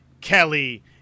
Kelly